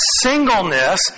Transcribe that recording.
singleness